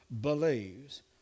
Believes